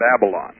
Babylon